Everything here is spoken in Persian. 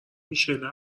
میشله